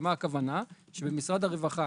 הכוונה היא שלמשרד הרווחה